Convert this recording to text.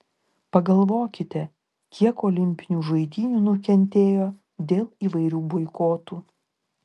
pagalvokite kiek olimpinių žaidynių nukentėjo dėl įvairių boikotų